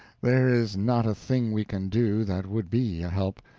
there is not a thing we can do that would be a help,